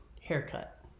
haircut